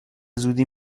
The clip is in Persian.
زودی